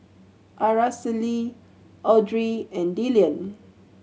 Aracely Audry and Dillion